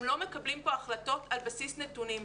הם לא מקבלים פה החלטות על בסיס נתונים,